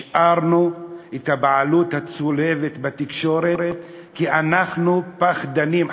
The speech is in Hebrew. השארנו את הבעלות הצולבת בתקשורת כי אנחנו פחדנים,